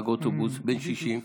נהג אוטובוס בן 60,